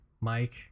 Mike